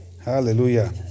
Hallelujah